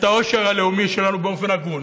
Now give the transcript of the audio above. את העושר הלאומי שלנו, באופן הגון.